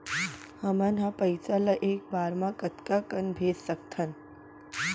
हमन ह पइसा ला एक बार मा कतका कन भेज सकथन?